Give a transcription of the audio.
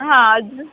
हा अजून